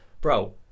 bro